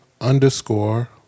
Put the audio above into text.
underscore